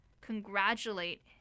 congratulate